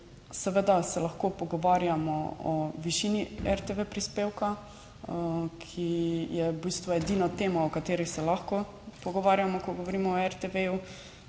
seveda se lahko pogovarjamo o višini RTV prispevka, ki je v bistvu edina tema, o kateri se lahko pogovarjamo, ko govorimo o RTV.